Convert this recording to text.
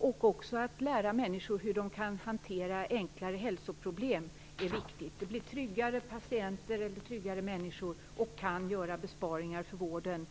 arbetet och att lära människor att hantera enklare hälsoproblem är viktigt. Det innebär tryggare patienter, tryggare människor och besparingar för vården.